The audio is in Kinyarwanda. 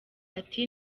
ati